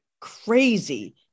crazy